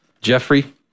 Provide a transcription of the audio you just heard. Jeffrey